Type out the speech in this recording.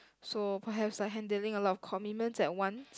so perhaps like handling a lot of commitments at once